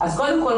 קודם כל,